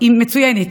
היא מצוינת.